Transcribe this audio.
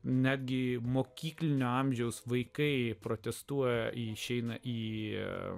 netgi mokyklinio amžiaus vaikai protestuoja išeina į jie